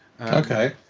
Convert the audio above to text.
Okay